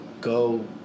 Go